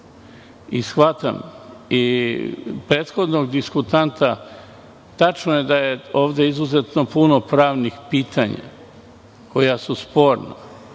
i shvatam, kao i prethodnog diskutanta. Tačno je da je ovde izuzetno mnogo pravnih pitanja koja su sporna.